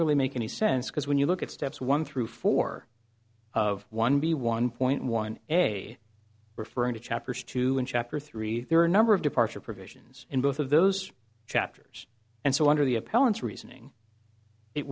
really make any sense because when you look at steps one through four of one b one point one a referring to chapters two and chapter three there are a number of departure provisions in both of those chapters and so under the appellant's reasoning it